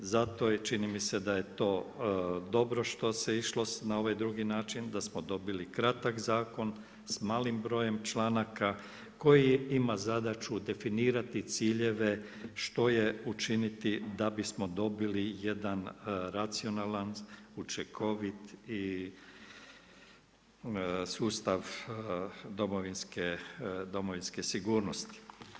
Zato je čini mi se da je to dobro što se išlo na ovaj drugi način, da smo dobili kratak zakon sa malim brojem članaka koji ima zadaću definirati ciljeve što je učiniti da bismo dobili jedan racionalan, učinkovit i sustav domovinske sigurnosti.